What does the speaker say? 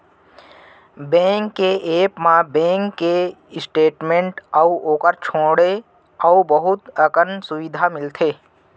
bank के app म bank के स्टेट मेंट अउ ओकर छोंड़े अउ बहुत अकन सुबिधा मिलथे